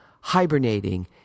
hibernating